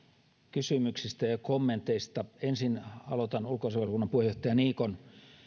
kysymyksistä ja kommenteista ensin aloitan ulkoasianvaliokunnan puheenjohtaja niikon